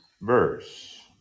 verse